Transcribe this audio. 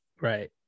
Right